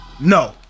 No